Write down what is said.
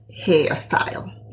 hairstyle